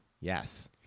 Yes